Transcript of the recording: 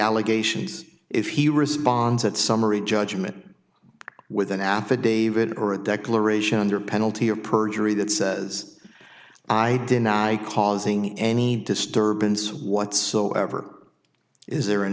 allegations if he responds at summary judgment with an affidavit or a declaration under penalty of perjury that says i deny causing any disturbance whatsoever is there an